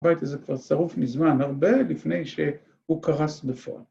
‫הבית הזה כבר שרוף מזמן, ‫הרבה לפני שהוא קרס בפועל.